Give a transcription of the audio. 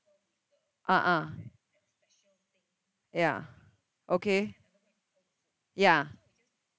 ah ah ya okay ya